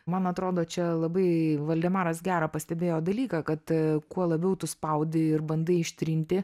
man atrodo čia labai valdemaras gerą pastebėjo dalyką kad kuo labiau tu spaudi ir bandai ištrinti